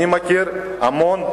אני מכיר המון,